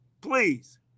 Please